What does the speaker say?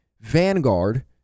Vanguard